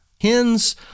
hens